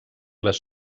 les